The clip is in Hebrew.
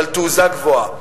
אבל תעוזה גבוהה.